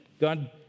God